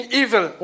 evil